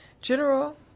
General